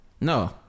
no